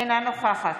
אינה נוכחת